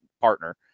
partner